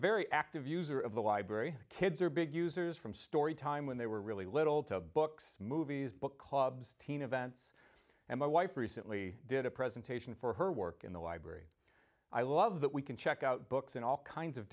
very active user of the library kids are big users from story time when they were really little to books movies book clubs teen events and my wife recently did a presentation for her work in the library i love that we can check out books in all kinds of